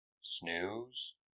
snooze